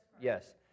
Yes